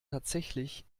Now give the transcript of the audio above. tatsächlich